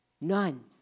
None